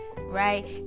Right